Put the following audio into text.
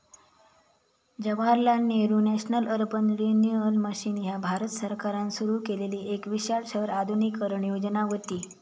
Jawaharlal Nehru national urban renewal mission ह्या भारत सरकारान सुरू केलेली एक विशाल शहर आधुनिकीकरण योजना व्हती